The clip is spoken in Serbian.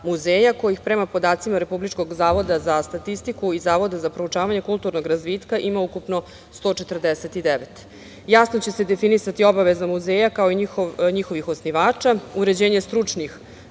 muzeja, kojih prema podacima Republičkog zavoda za statistiku i Zavoda za proučavanje kulturnog razvitka ima ukupno 149. Jasno će se definisati obaveza muzeja, kao i njihovih osnivača, uređenje stručnih